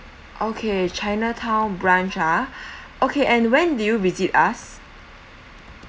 okay chinatown branch uh okay and when did you visit us